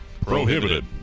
prohibited